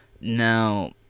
Now